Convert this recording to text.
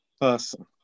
person